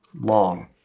long